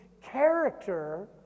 character